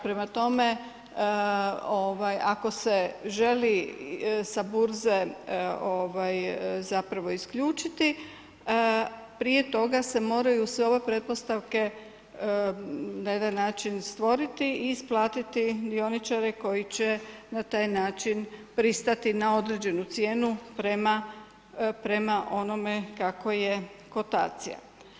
Prema tome, ako se želi sa burze zapravo isključiti, prije toga se moraju sve ove pretpostavke na jedan način stvoriti i isplatiti dioničare koji će na taj način pristati na određenu cijenu prema onome kako je kotacija.